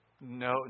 No